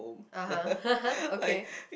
(uh huh) okay